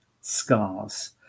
scars